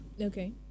Okay